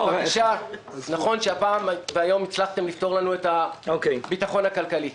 -- אז נכון שהפעם והיום הצלחתם לפתור לנו את הביטחון הכלכלי,